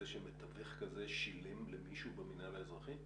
שמתווך כזה שילם למישהו במינהל האזרחי?